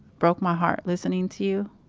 broke my heart listening to you